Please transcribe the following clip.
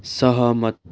सहमत